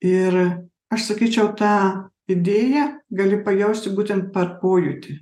ir aš sakyčiau tą idėją gali pajausti būtent per pojūtį